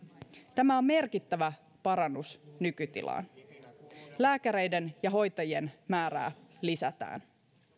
tämä on merkittävä parannus nykytilaan lääkäreiden ja hoitajien määrää lisätään